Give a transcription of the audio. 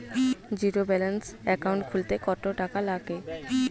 Zero balance account খুলতে কত টাকা লাগে?